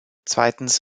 zweitens